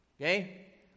Okay